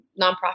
nonprofit